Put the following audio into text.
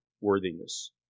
worthiness